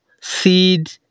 seed